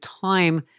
time